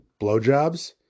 blowjobs